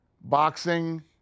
boxing